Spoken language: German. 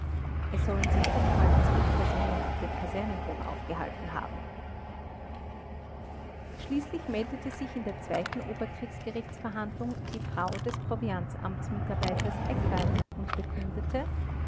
es sollen sich oftmals zivilpersonen auf dem kasernenhof aufgehalten haben schließlich meldete sich in der zweiten oberkriegsgerichtsverhandlung die frau des proviantamtsarbeiters eckert und bekundete